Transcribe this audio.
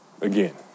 again